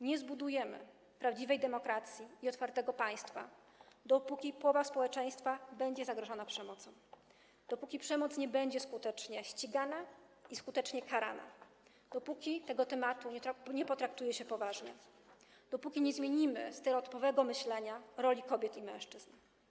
Nie zbudujemy prawdziwej demokracji i otwartego państwa, dopóki połowa społeczeństwa będzie zagrożona przemocą, dopóki przemoc nie będzie skutecznie ścigana i skutecznie karana, dopóki tego tematu nie potraktuje się poważnie, dopóki nie zmienimy stereotypowego myślenia o roli kobiet i mężczyzn.